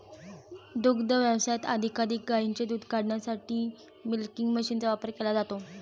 दुग्ध व्यवसायात अधिकाधिक गायींचे दूध काढण्यासाठी मिल्किंग मशीनचा वापर केला जातो